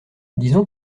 disons